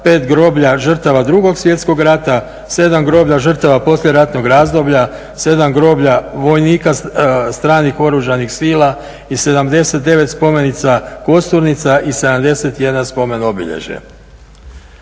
5 groblja žrtava 2. svjetskog rata, 7 groblja žrtava poslijeratnog razdoblja, 7 groblja vojnika stranih oružanih sila i 79 spomenica kosturnica i 71 spomen obilježje.